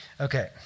Okay